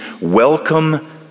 welcome